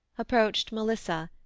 approached melissa,